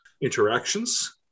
interactions